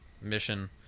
mission